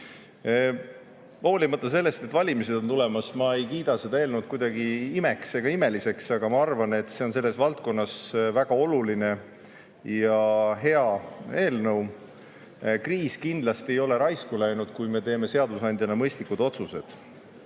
Hoolimata sellest, et valimised on tulemas, ei kiida ma seda eelnõu [ega nimeta seda] kuidagi imeks ega imeliseks, aga ma arvan, et see on selles valdkonnas väga oluline ja hea eelnõu. Kriis ei ole kindlasti raisku läinud, kui me teeme seadusandjana mõistlikud otsused.